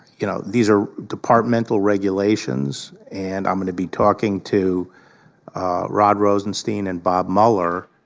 you know, these are departmental regulations. and i'm going to be talking to rod rosenstein and bob mueller.